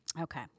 Okay